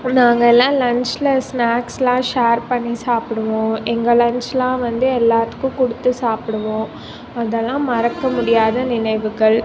நாங்கள் எல்லாம் லஞ்ச்ல ஸ்நாக்ஸ்லாம் ஷேர் பண்ணி சாப்பிடுவோம் எங்கள் லஞ்ச்லாம் வந்து எல்லாத்துக்கும் கொடுத்து சாப்பிடுவோம் அதெல்லாம் மறக்க முடியாத நினைவுகள்